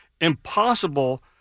impossible